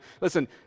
Listen